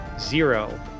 Zero